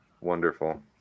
wonderful